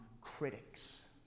critics